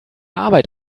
arbeit